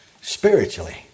spiritually